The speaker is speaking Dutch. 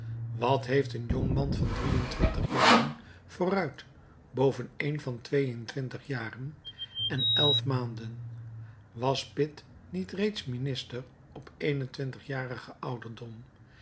wat heeft een jong man van jaren vooruit boven een van jaren en maanden was pitt niet reeds minister op eenen ouderdom